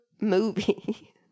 movie